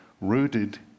rooted